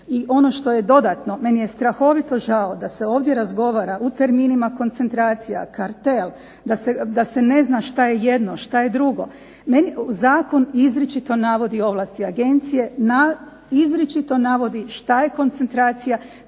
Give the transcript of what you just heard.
I ono što je dodatno meni je strahovito žao da se ovdje razgovara u terminima koncentracija, kartel, da se ne zna šta je jedno, šta je drugo. Meni zakon izričito navodi ovlasti agencije, izričito navodi šta je koncentracija.